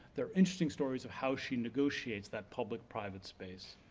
there are interesting stories of how she negotiates that public private space.